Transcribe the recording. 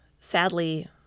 sadly